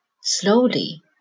slowly